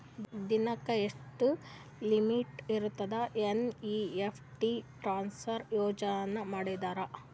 ದಿನಕ್ಕ ಎಷ್ಟ ಲಿಮಿಟ್ ಇರತದ ಎನ್.ಇ.ಎಫ್.ಟಿ ಟ್ರಾನ್ಸಫರ್ ಉಪಯೋಗ ಮಾಡಿದರ?